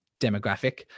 demographic